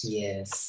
yes